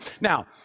Now